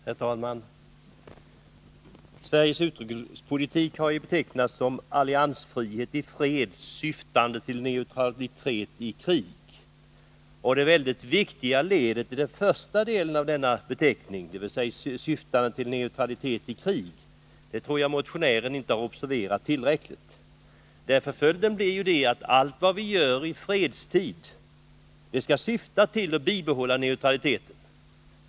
Herr talman! Sveriges utrikespolitik har ju betecknats som alliansfrihet i fred, syftande till neutralitet i krig. Det mycket viktiga ledet ”syftande till neutralitet i krig” tror jag att motionären inte har observerat tillräckligt. Allt vad vi gör i fredstid skall syfta till att bibehålla neutraliteten.